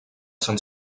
sant